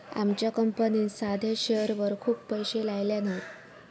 आमच्या कंपनीन साध्या शेअरवर खूप पैशे लायल्यान हत